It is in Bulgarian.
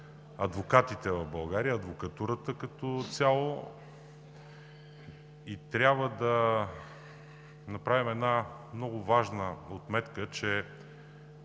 адвокатите в България, адвокатурата като цяло, и трябва да направим една много важна отметка, че